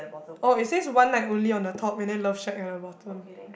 oh it says one night only on the top and then love shack at the bottom